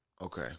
Okay